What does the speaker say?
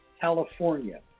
California